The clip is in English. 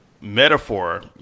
metaphor